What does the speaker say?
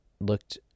looked